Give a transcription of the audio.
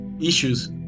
issues